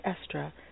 Estra